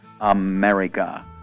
America